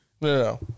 no